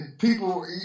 People